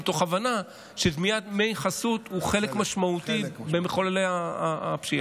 מתוך הבנה שגביית דמי חסות היא חלק משמעותי במחוללי הפשיעה.